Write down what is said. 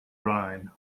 rhine